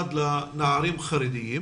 נפרד לנערים חרדיים,